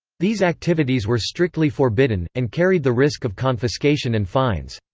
these activities were strictly forbidden, and carried the risk of confiscation and fines.